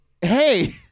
hey